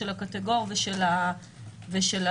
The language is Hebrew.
של הקטגור ושל העציר,